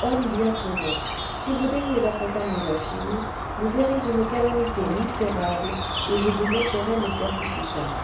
homme bienfaisant si vous daignez accompagner ma fille vous verrez une calamité missérable et je vous montrerai mes certificats